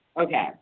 Okay